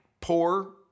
poor